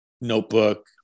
notebook